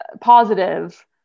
positive